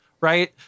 right